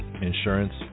insurance